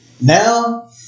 now